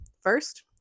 first